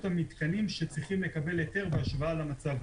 המתקנים שצריכים לקבל היתר בהשוואה למצב היום.